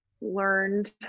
learned